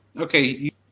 Okay